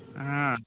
হ্যাঁ